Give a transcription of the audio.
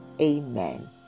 Amen